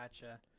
Gotcha